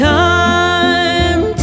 time